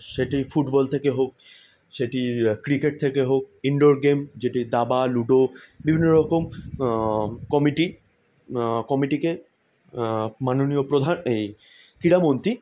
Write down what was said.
সেটি ফুটবল থেকে হোক সেটি ক্রিকেট থেকে হোক ইনডোর গেম যেটি দাবা লুডো বিভিন্ন রকম কমিটি কমিটিকে মাননীয় প্রধান এই ক্রীড়ামন্ত্রী